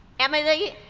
emily